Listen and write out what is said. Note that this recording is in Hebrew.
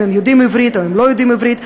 אם הם יודעים עברית או לא יודעים עברית,